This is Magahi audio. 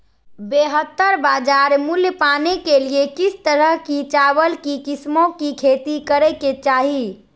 बेहतर बाजार मूल्य पाने के लिए किस तरह की चावल की किस्मों की खेती करे के चाहि?